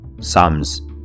Psalms